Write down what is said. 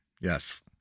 Yes